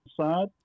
side